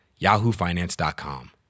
yahoofinance.com